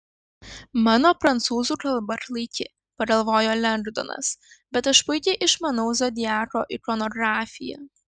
mano prancūzų kalba klaiki pagalvojo lengdonas bet aš puikiai išmanau zodiako ikonografiją